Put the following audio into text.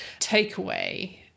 takeaway